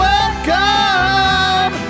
Welcome